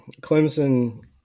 Clemson